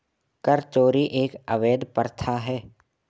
कर चोरी एक अवैध प्रथा है